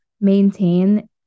maintain